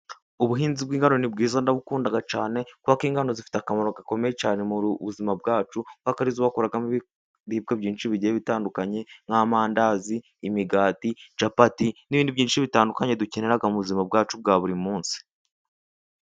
Ubuhinzi bw'ingano ni bwiza ndabukunda cyane, kubera ko ingano zifite akamaro gakomeye cyane mu buzima bwacu, kuko ari zo bakoramo ibiribwa byinshi bigiye bitandukanye, nk'amandazi, imigati, capati n'ibindi byinshi bitandukanye dukenera mu buzima bwacu bwa buri munsi.